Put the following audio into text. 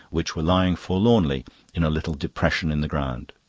which were lying forlornly in a little depression in the ground.